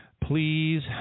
please